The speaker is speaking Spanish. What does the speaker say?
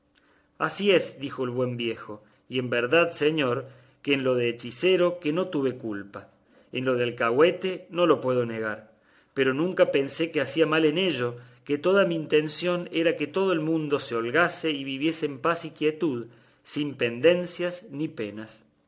así es dijo el buen viejo y en verdad señor que en lo de hechicero que no tuve culpa en lo de alcahuete no lo pude negar pero nunca pensé que hacía mal en ello que toda mi intención era que todo el mundo se holgase y viviese en paz y quietud sin pendencias ni penas